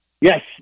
Yes